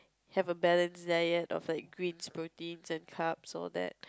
have a balanced diet of like greens proteins and carbs all that